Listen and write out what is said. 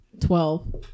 Twelve